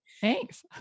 thanks